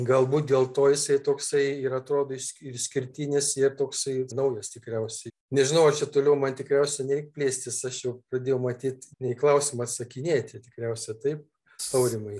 galbūt dėl to jisai toksai ir atrodo išsk išskirtinis ir toksai naujas tikriausiai nežinau ar čia toliau man tikriausia nereik plėstis aš jau pradėjau matyt ne į klausimą atsakinėti tikriausia taip aurimai